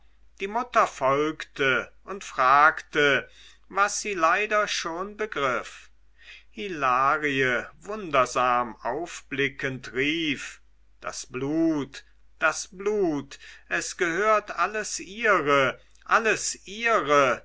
die mutter folgte und fragte was sie leider schon begriff hilarie wundersam aufblickend rief das blut das blut es gehört alles ihre alles ihre